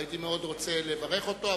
והייתי מאוד רוצה לברך אותו.